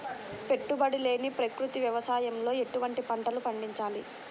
పెట్టుబడి లేని ప్రకృతి వ్యవసాయంలో ఎటువంటి పంటలు పండించాలి?